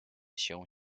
się